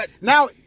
now